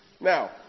now